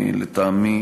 לטעמי,